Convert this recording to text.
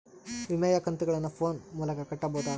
ವಿಮೆಯ ಕಂತುಗಳನ್ನ ಫೋನ್ ಮೂಲಕ ಕಟ್ಟಬಹುದಾ?